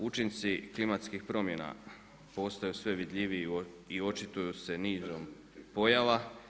Učinci klimatskih promjena postaju sve vidljiviji i očituju se nizom pojava.